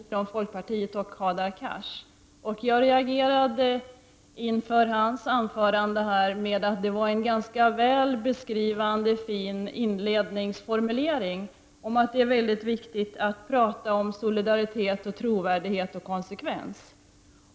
Herr talman! Det var intressant att få höra de här synpunkterna från folkpartiet och Hadar Cars. Hans anförande hade en ganska väl beskrivande, fin inledningsformulering, om att det är mycket viktigt att prata om solidaritet, trovärdighet och konsekvens.